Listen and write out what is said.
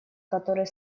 который